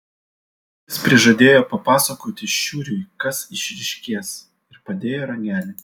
jis prižadėjo papasakoti šiuriui kas išryškės ir padėjo ragelį